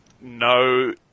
No